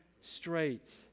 straight